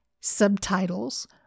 subtitles